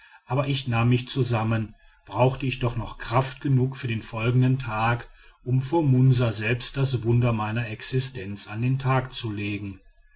aber ich nahm mich zusammen brauchte ich doch noch kraft genug für den folgenden tag um vor munsa selbst das wunder meiner existenz an den tag zu legen